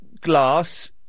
glass